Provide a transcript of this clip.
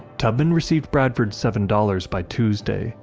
tubman received bradford's seven dollars by tuesday,